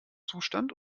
zustand